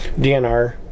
DNR